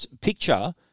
picture